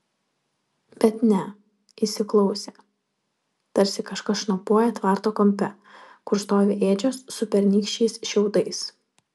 bet ne įsiklausė tarsi kažkas šnopuoja tvarto kampe kur stovi ėdžios su pernykščiais šiaudais